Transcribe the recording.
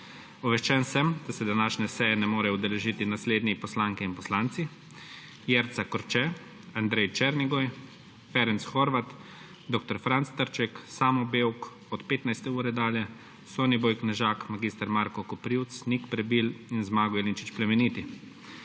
Obveščen sem, da se današnje seje ne morejo udeležiti naslednje poslanke in poslanci: Jerca Korče, Andrej Černigoj, Ferenc Horváth, dr. Franc Trček, Samo Bevk od 15. ure dalje, Soniboj Knežak, mag. Marko Koprivc, Nik Prebil in Zmago Jelinčič Plemeniti.